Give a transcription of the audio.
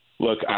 Look